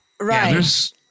Right